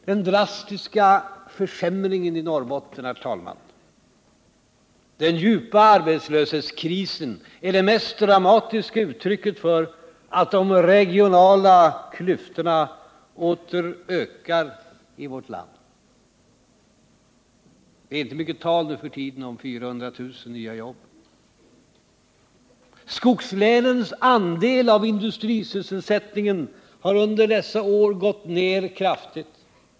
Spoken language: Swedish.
Den drastiska försämringen i Norrbotten, den djupa arbetslöshetskrisen är det mest dramatiska uttrycket för att de regionala klyftorna åter ökar i vårt land. Det är inte mycket tal nu för tiden om 400 000 nya jobb. Skogslänens andel av industrisysselsättningen har under dessa år gått ner kraftigt.